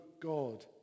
God